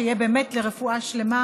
שתהיה באמת רפואה שלמה.